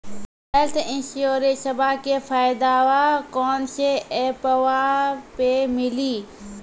Health इंश्योरेंसबा के फायदावा कौन से ऐपवा पे मिली?